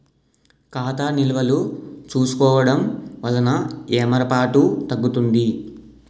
ఖాతా నిల్వలు చూసుకోవడం వలన ఏమరపాటు తగ్గుతుంది